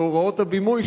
בהוראות הבימוי,